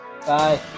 Bye